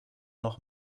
noch